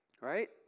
Right